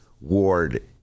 ward